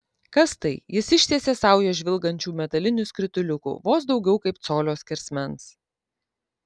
kas tai jis ištiesė saują žvilgančių metalinių skrituliukų vos daugiau kaip colio skersmens